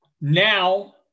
Now